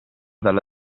dalla